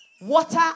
water